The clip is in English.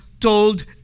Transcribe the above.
told